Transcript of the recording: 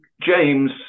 James